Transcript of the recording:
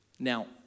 Now